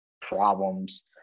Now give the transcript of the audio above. problems